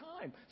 time